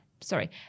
Sorry